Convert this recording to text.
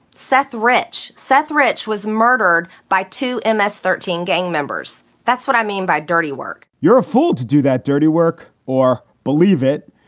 seth rich, seth rich was murdered by two um ms thirteen gang members. that's what i mean by dirty work you're a fool to do that dirty work or believe it.